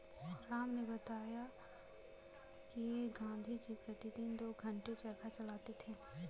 राम ने बताया कि गांधी जी प्रतिदिन दो घंटे चरखा चलाते थे